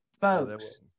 Folks